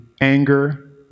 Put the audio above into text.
anger